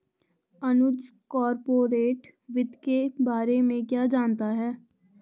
अनुज corporate वित्त के बारे में क्या जानता है?